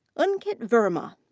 ankit verma.